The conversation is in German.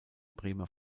bremer